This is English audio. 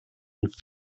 and